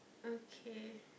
okay